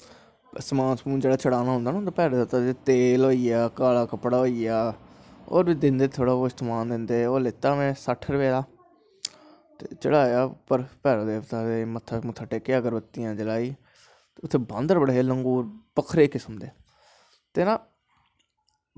समान समून जेह्ड़ा बनाना होंदा ना प्हाड़ें पर तेल होई गेआ काला कपड़ा होई गेआ होर बी समान दिंदे ओह् लैत्ता में सट्ठ रपे दा चढ़ाया उप्पर भैरो देवते दे ते मत्था मुत्था टेकेआ अगर बत्तियां उत्थें बांदर बड़े हे लंगूर बक्खरे किस्म दे ते ना